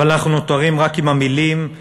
אבל אנחנו נותרים רק עם המילים-מילים-מילים.